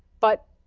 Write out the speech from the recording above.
but,